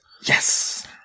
Yes